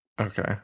Okay